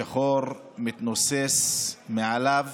כשעלתה לפה דיברה עוד פעם על הנושא של ההפגנות,